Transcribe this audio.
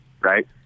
Right